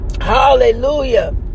Hallelujah